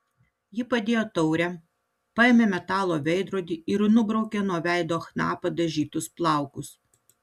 ji padėjo taurę paėmė metalo veidrodį ir nubraukė nuo veido chna padažytus plaukus